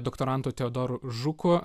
doktorantu teodoru žuku